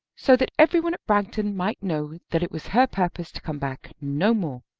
so that every one at bragton might know that it was her purpose to come back no more.